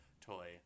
toy